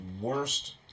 worst